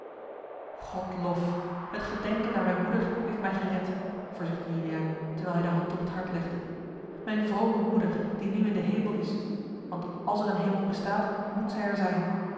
godlof het gedenken aan mijne moeder heeft mij gered verzuchtte juliaan terwijl hij de hand op het hart legde mijne vrome moeder die nu in den hemel is want àls er een hemel bestaat moet zij er zijn